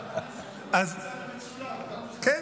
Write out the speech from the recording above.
כן,